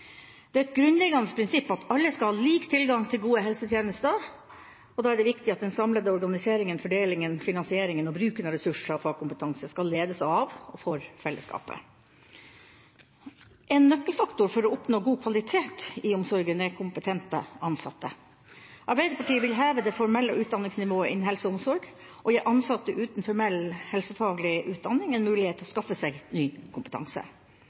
Det er et grunnleggende prinsipp at alle skal ha lik tilgang til gode helsetjenester, og da er det viktig at den samlede organiseringa, fordelinga, finansieringa og bruken av ressurser og fagkompetanse skal ledes av og for fellesskapet. En nøkkelfaktor for å oppnå god kvalitet i omsorgen er kompetente ansatte. Arbeiderpartiet vil heve det formelle utdanningsnivået innenfor helse og omsorg og gi ansatte uten formell helsefaglig utdanning en mulighet til å skaffe seg ny kompetanse.